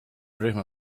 rühma